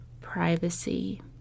privacy